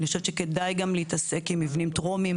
ואני חושבת שכדאי גם להתעסק עם מבנים טרומיים